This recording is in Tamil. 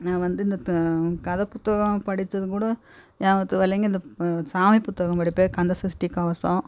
நான் வந்து இந்த கத புத்தகம் படிச்சது கூட நியாபகத்துக்கு வரலைங்க இந்த சாமி புத்தகம் படிப்பேன் கந்தசஷ்டி கவசம்